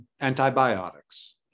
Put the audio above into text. antibiotics